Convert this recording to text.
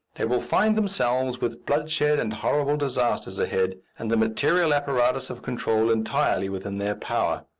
they will find themselves with bloodshed and horrible disasters ahead, and the material apparatus of control entirely within their power.